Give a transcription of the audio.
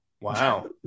Wow